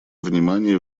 внимание